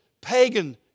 pagan